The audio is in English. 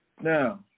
Now